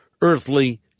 earthly